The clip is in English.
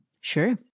Sure